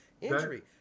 injury